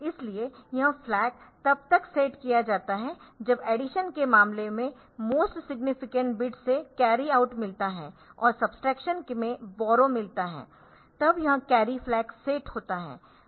इसलिए यह फ्लैग तब सेट किया जाता है जब एडीशन के मामले में मोस्ट सिग्नीफिकेंट बिट से कैरी आउट मिलता है और सब्ट्रैक्शन में बॉरो मिलता है तब यह कैरी फ्लैग सेट होता है